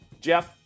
Jeff